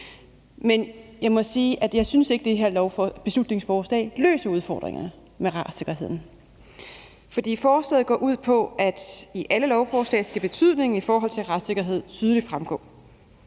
Men jeg må sige, at jeg ikke synes, at det her beslutningsforslag løser udfordringerne med retssikkerheden, for forslaget går ud på, at i alle lovforslag skal betydningen i forhold til retssikkerhed tydeligt fremgå.